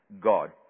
God